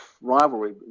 rivalry